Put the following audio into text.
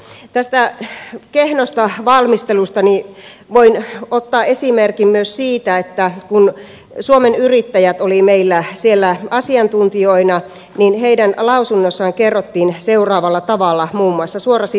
tästä kehnosta valmistelusta voin ottaa esimerkin myös siitä että kun suomen yrittäjät oli meillä siellä asiantuntijana niin heidän lausunnossaan kerrottiin muun muassa seuraavalla tavalla